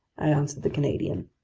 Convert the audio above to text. i answered the canadian.